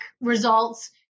results